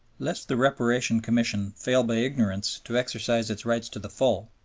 lest the reparation commission fail by ignorance to exercise its rights to the full,